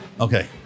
Okay